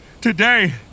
today